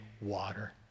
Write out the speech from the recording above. water